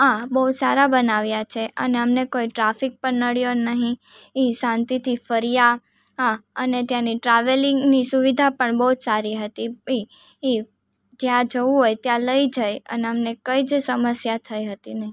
આ બહુ સારા બનાવ્યા છે અને અમને કોઈ ટ્રાફિક પણ નડ્યો નહીં એ શાંતિથી ફર્યા આ અને ત્યાંની ટ્રાવેલિંગની સુવિધા પણ બહુ જ સારી હતી એ એ જ્યાં જવું હોય ત્યાં લઈ જાય અને અમને કંઈ જ સમસ્યા થઈ હતી નહીં